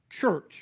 church